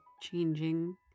changing